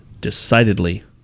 Decidedly